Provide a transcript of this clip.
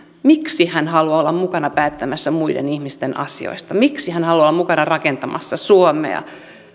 miksi hän haluaa olla mukana päättämässä muiden ihmisten asioista miksi hän haluaa olla mukana rakentamassa suomea